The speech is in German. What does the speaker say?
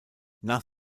nach